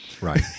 right